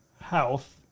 health